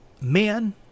man